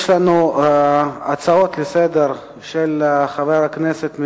יש לנו הצעות לסדר-היום,